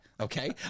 Okay